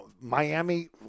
Miami